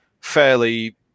fairly